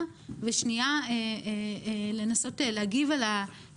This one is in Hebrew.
והוא לא יכול ליהנות מהסיוע של